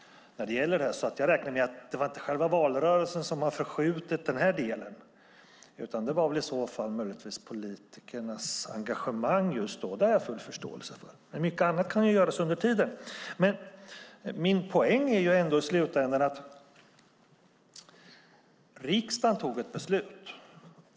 Det är alltså inte själva valrörelsen som har förskjutit arbetet, utan det är möjligtvis politikernas engagemang just då, vilket jag har full förståelse för. Men mycket annat kan göras under tiden. Min poäng är ändå i slutändan att riksdagen fattade ett beslut.